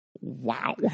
Wow